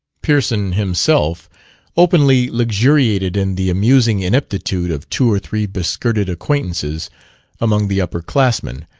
pearson himself openly luxuriated in the amusing ineptitude of two or three beskirted acquaintances among the upper classmen,